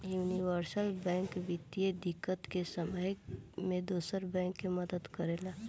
universal bank वित्तीय दिक्कत के समय में दोसर बैंक के मदद करेला